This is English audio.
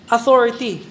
Authority